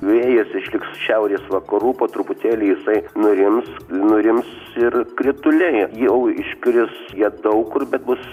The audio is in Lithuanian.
vėjas išliks šiaurės vakarų po truputėlį jisai nurims nurims ir krituliai jau iškris jie daug kur bet bus